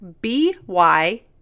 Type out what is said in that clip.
B-Y